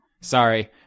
Sorry